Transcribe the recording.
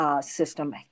System